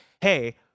hey